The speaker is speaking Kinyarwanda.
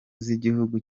z’igihugu